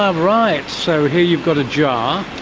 um right, so here you've got a jar.